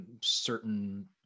certain